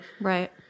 Right